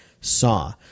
saw